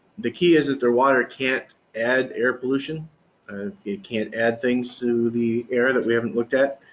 the key is that their water can't add air pollution, it can't add things to the air that we haven't looked at.